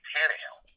Tannehill